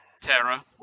Terra